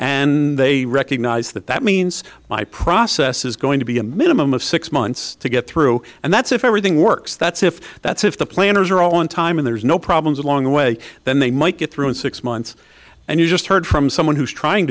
and they recognize that that means my process is going to be a minimum of six months to get through and that's if everything works that's if that's if the planners are on time and there's no problems along the way then they might get through in six months and you just heard from someone who's trying